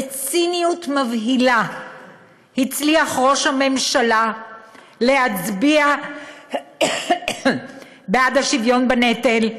בציניות מבהילה הצליח ראש הממשלה להצביע בעד השוויון בנטל,